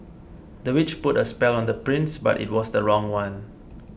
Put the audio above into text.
the witch put a spell on the prince but it was the wrong one